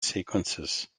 sequences